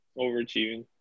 Overachieving